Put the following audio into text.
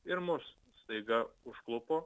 ir mus staiga užklupo